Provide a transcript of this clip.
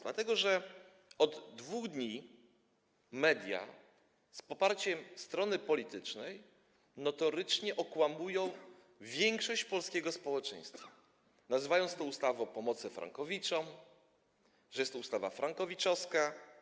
Dlatego że od 2 dni media z poparciem strony politycznej notorycznie okłamują większość polskiego społeczeństwa, nazywając to ustawą o pomocy frankowiczom, mówiąc, że jest to ustawa frankowiczowska.